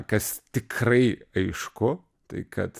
kas tikrai aišku tai kad